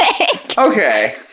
Okay